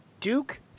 Duke